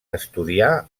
estudià